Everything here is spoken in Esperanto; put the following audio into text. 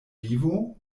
vivo